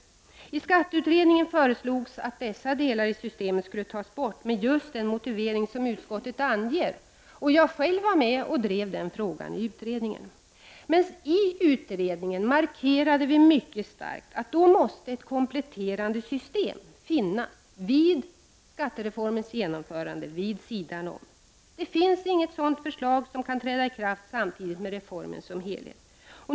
1989/90:140 ningen föreslogs att dessa delar i systemet skulle tas bort, med just den moti 13 juni 1990 vering som utskottet anger. Jag var själv med och drev frågan i utredningen. I utredningen markerade vi mycket starkt att det måste finnas ett kompletterande system vid sidan om när skattereformen genomförs. Det finns inget sådant förslag som kan träda i kraft samtidigt med reformen som helhet.